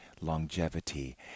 longevity